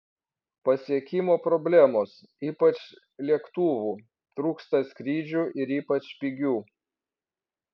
pasiekimo problemos ypač lėktuvų trūksta skrydžių ir ypač pigių